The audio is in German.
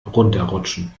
runterrutschen